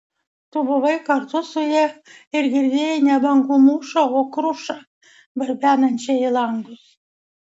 tu buvai kartu su ja ir girdėjai ne bangų mūšą o krušą barbenančią į langus